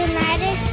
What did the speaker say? United